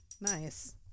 nice